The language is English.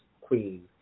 queen